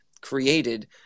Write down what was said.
created